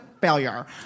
failure